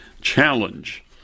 challenge